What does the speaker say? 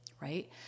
Right